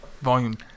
Volume